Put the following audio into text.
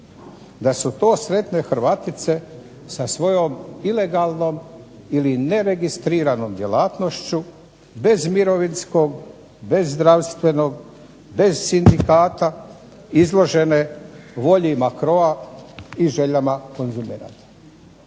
da su to sretne Hrvatice sa svojom ilegalnom ili neregistriranom djelatnošću bez mirovinskog, bez zdravstvenog, bez sindikata, izložene volji makroa i željama konzumenata.